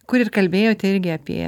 kur ir kalbėjote irgi apie